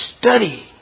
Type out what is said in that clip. study